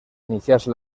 iniciarse